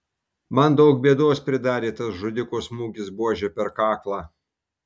man daug bėdos pridarė tas žudiko smūgis buože per kaklą